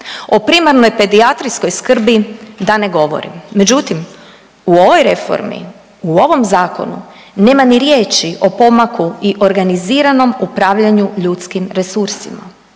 o primarnoj pedijatrijskoj skrbi da ne govorim, međutim u ovoj reformi, u ovom zakonu nema ni riječi o pomaku i organiziranom upravljanju ljudskim resursima